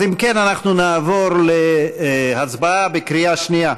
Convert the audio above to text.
אז אם כן, אנחנו נעבור להצבעה בקריאה שנייה.